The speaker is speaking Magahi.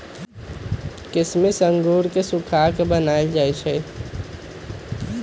किशमिश अंगूर के सुखा कऽ बनाएल जाइ छइ